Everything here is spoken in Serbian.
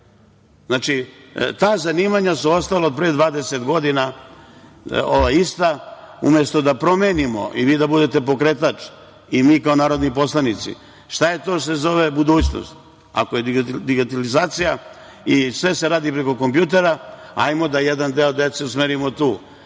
Znači, ta zanimanja su ostala od pre 20 godina ista. Umesto da promenimo i vi da budete pokretač, i mi kao narodni poslanici, šta je to što se zove budućnost, ako je digitalizacija i sve se radi preko kompjutera, ajmo da jedan deo dece usmerimo tu.